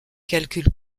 calculs